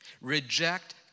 Reject